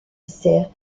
sert